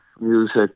music